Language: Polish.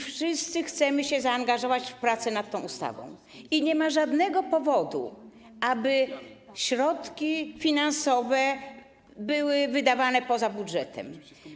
Wszyscy chcemy się zaangażować w pracę nad tą ustawą i nie ma żadnego powodu, aby środki finansowe były wydawane poza budżetem.